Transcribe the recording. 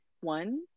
one